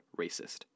racist